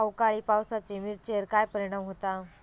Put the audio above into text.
अवकाळी पावसाचे मिरचेर काय परिणाम होता?